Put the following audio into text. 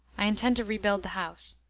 i intend to rebuild the house.